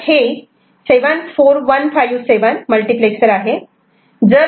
तर हे 74157 मल्टिप्लेक्सर आहे